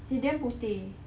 he damn putih